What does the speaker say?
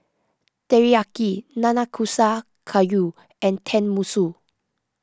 Teriyaki Nanakusa Gayu and Tenmusu